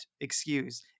excuse